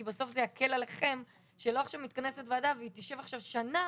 כי בסוף זה יקל עליכם שלא עכשיו מתכנסת ועדה והיא תשב עכשיו שנה,